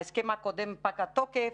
ההסכם הקודם, פג התוקף.